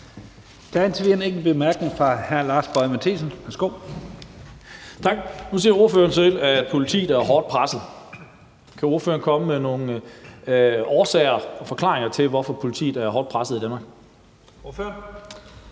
Nu siger ordføreren selv, at politiet er hårdt presset. Kan ordføreren komme med nogen årsager og forklaringer på, hvorfor politiet er hårdt presset i Danmark?